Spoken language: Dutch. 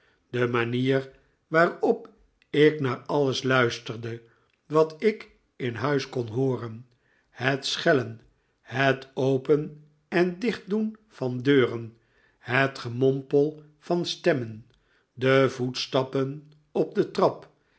de manier waarop ik naar alles luisterde wat ik in huis kon hooren het schellen het open en dichtdoen van deuren het gemompel van stemmen de voetstappen op de trap